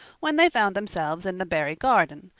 when they found themselves in the barry garden,